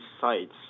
sites